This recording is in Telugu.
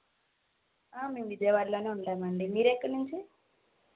ఆ మేము విజయవాడలోనే ఉంటాము అండి మీరు ఎక్కడ నుంచి